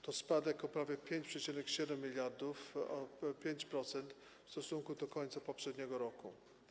To spadek o prawie 5,7 mld, tj. o 5%, w stosunku do końca poprzedniego roku.